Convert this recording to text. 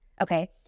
okay